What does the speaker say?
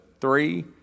three